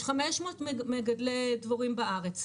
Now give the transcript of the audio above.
יש 500 מגדלי דבורים בארץ,